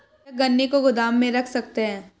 क्या गन्ने को गोदाम में रख सकते हैं?